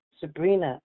Sabrina